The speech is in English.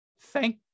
Thank